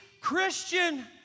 Christian